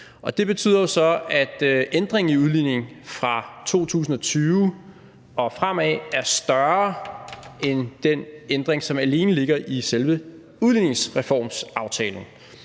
Det betyder jo så, at ændringen i udligning fra 2020 og fremad er større end den ændring, som alene ligger i selve udligningsreformsaftalen.